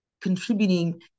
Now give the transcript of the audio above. contributing